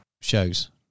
shows